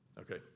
Okay